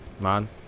man